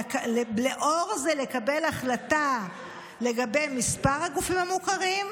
לאור זה לקבל החלטה לגבי מספר הגופים המוכרים,